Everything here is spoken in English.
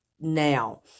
now